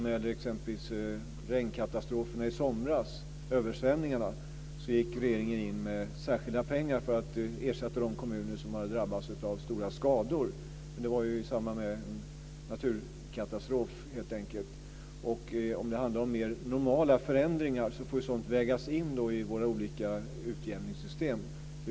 Det gäller exempelvis regnkatastroferna i somras, översvämningarna. Då gick regeringen in med särskilda pengar för att ersätta de kommuner som hade drabbats av stora skador. Det var i samband med en naturkatastrof, helt enkelt. Om det handlar om mer normala förändringar får sådant vägas in i våra olika utjämningssystem.